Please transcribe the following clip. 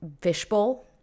fishbowl